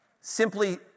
Simply